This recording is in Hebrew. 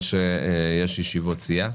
שיש ישיבות סיעה.